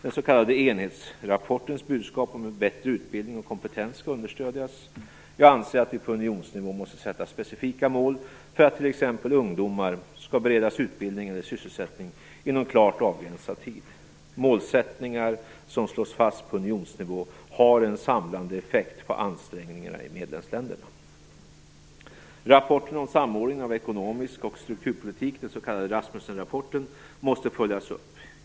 Den s.k. enhetsrapportens budskap om en bättre utbildning och kompetens skall understödjas. Jag anser att vi på unionsnivå måste sätta specifika mål för att t.ex. ungdomar skall beredas utbildning eller sysselsättning inom klart avgränsad tid. Målsättningar som slås fast på unionsnivå har en samlande effekt på ansträngningarna i medlemsländerna. måste följas upp.